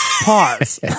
Pause